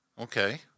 Okay